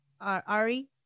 Ari